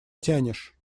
тянешь